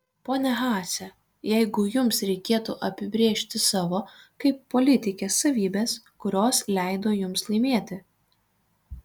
ponia haase jeigu jums reikėtų apibrėžti savo kaip politikės savybes kurios leido jums laimėti